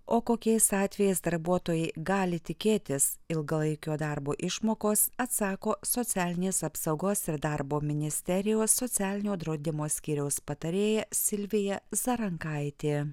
o kokiais atvejais darbuotojai gali tikėtis ilgalaikio darbo išmokos atsako socialinės apsaugos ir darbo ministerijos socialinio draudimo skyriaus patarėja silvija zarankaitė